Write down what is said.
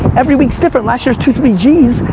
every week's different. last year's two, three gs,